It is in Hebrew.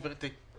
גברתי.